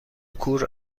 کور